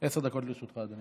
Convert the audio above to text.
דקות לרשותך, אדוני.